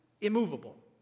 immovable